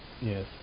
Yes